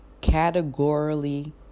categorically